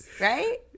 Right